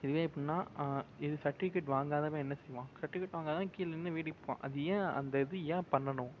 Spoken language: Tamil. இதுவே எப்புடினா இது சர்டிஃபிக்கேட் வாங்காதவன் என்ன செய்வான் சர்டிஃபிக்கேட் வாங்காதவன் கீழே நின்று வேடிக்கைப் பார்ப்பான் அது ஏன் அந்த இது ஏன் பண்ணணும்